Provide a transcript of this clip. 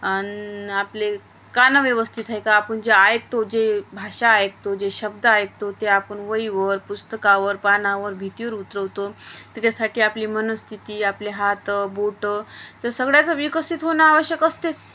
आणि आपले कान व्यवस्थित आहे का आपण जे ऐकतो जे भाषा ऐकतो जे शब्द ऐकतो ते आपण वहीवर पुस्तकावर पानावर भिंतीवर उतरवतो त्याच्यासाठी आपली मनस्थिती आपले हात बोटं तर सगळ्याचं विकसित होणं आवश्यक असतेच